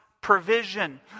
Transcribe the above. provision